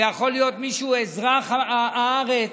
יכול להיות אזרח הארץ,